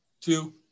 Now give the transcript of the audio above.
two